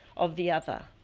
of the other,